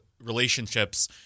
relationships